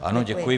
Ano děkuji.